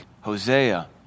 Hosea